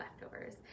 leftovers